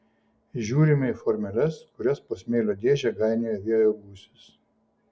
žiūrime į formeles kurias po smėlio dėžę gainioja vėjo gūsis